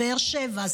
באר שבע,